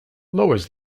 lowers